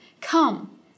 Come